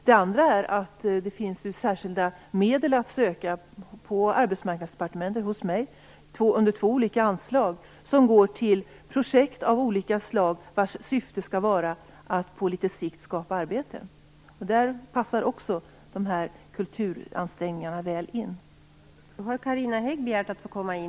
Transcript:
Den andra är att det på Arbetsmarknadsdepartementet finns särskilda medel att söka under två olika anslag till projekt av olika slag, vars syfte skall vara att på sikt skapa arbete. Där passar kulturansträngningarna väl in.